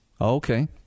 Okay